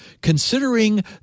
considering